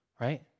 right